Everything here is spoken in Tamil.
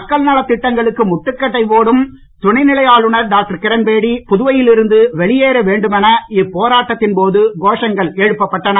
மக்கள் நலத் திட்டங்களுக்கு முட்டுக்கட்டைப் போடும் துணை நிலை ஆளுநர் டாக்டர் கிரண்பேடி புதுவையில் இருந்து வெளியேற வேண்டும் என இப்போராட்டத்தின் போது கோஷங்கள் எழுப்பப்பட்டன